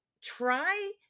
try